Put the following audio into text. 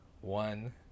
one